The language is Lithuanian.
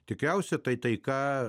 tikriausia tai taika